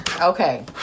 okay